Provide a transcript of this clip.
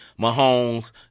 Mahomes